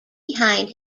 behind